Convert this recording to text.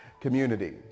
community